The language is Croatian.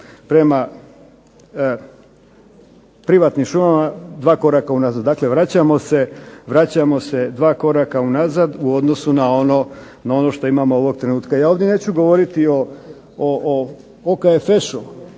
prema privatnim šumama dva koraka unazad. Dakle, vraćamo se dva koraka unazad u odnosu na ono što imamo ovog trenutka. Ja ovdje neću govoriti o OKFŠ-u